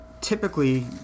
typically